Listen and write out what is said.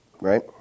Right